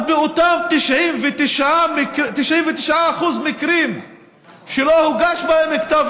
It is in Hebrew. אז באותם 99% מהמקרים שלא הוגש בהם כתב